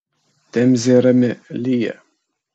temzė rami lyja